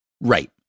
Right